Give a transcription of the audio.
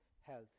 health